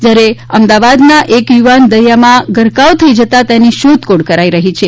જ્યારે અમદાવાદના એક યુવાન દરિયામાં ગરકાવ થઈ જતા તેની શોધખોળ કરાઈ રહી છે